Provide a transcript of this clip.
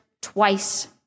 twice